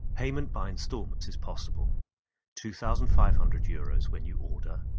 payment by installments is possible two thousand five hundred euros when you order,